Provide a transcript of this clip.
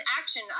action